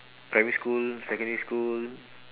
primary school secondary school